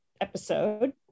episode